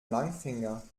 langfinger